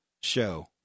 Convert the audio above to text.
show